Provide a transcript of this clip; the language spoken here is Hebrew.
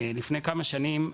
לפני כמה שנים,